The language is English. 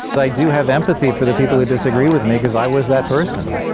but i do have empathy for the people who disagree with me, because i was that person.